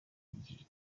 gihe